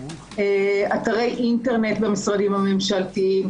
אתרי אינטרנט במשרדים הממשלתיים,